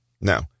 Now